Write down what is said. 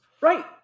Right